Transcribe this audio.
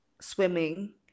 swimming